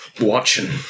watching